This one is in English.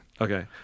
Okay